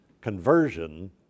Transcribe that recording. conversion